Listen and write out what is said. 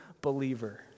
believer